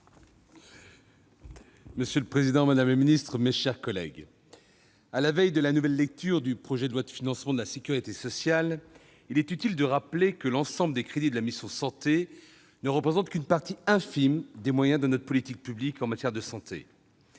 Monsieur le président, madame la secrétaire d'État, mes chers collègues, à la veille de la nouvelle lecture du projet de loi de financement de la sécurité sociale, il est utile de rappeler que l'ensemble des crédits de la mission « Santé » ne représentent qu'une partie infime des moyens de notre politique publique en matière de santé.